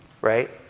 right